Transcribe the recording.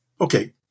okay